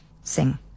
sing